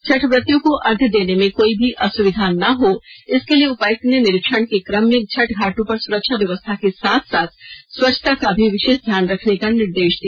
छठ व्रतियों को अर्घ्य देने में कोई भी असुविधा ना हो इसके लिए उपायुक्त ने निरीक्षण के क्रम में छठ घाटों पर सुरक्षा व्यवस्था के साथ साथ स्वच्छता का भी विषेष ध्यान रखने का निर्देष दिया